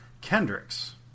Kendricks